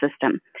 system